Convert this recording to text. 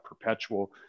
perpetual